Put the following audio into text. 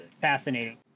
fascinating